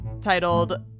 titled